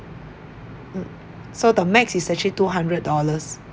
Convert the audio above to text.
mm so the max is actually two hundred dollars